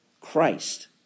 Christ